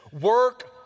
work